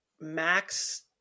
Max